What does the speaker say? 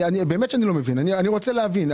באמת אני לא מבין ואני רוצה להבין.